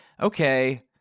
okay